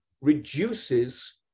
reduces